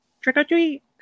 Trick-or-treat